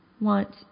want